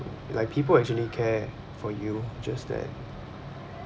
like people actually care for you just that